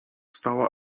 stała